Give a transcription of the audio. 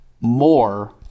more